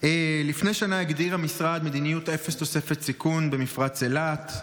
שנה הגדיר המשרד מדיניות אפס תוספת סיכון במפרץ אילת.